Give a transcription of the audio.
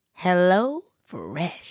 HelloFresh